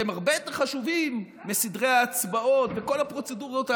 שהם הרבה יותר חשובים מסדרי ההצבעות ומכל הפרוצדורות האחרות,